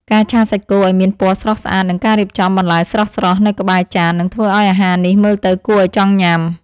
ការឆាសាច់គោឱ្យមានពណ៌ស្រស់ស្អាតនិងការរៀបចំបន្លែស្រស់ៗនៅក្បែរចាននឹងធ្វើឱ្យអាហារនេះមើលទៅគួរឱ្យចង់ញ៉ាំ។